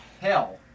hell